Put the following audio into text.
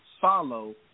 follow